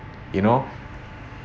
you know